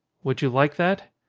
would you like that?